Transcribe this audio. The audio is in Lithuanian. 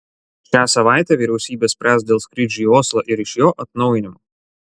šią savaitę vyriausybė spręs dėl skrydžių į oslą ir iš jo atnaujinimo